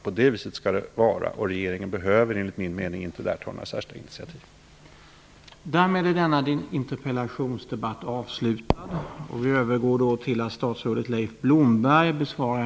På det viset skall det vara och regeringen behöver enligt min mening inte ta några särskilda initiativ där.